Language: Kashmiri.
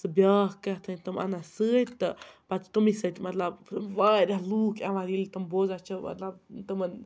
تہٕ بیاکھ کیتھانۍ تِم اَنان سۭتۍ تہٕ پَتہٕ چھِ تَمی سۭتۍ مطلب واریاہ لُکھ یِوان ییٚلہِ تِم بوزان چھِ مطلب تِمَن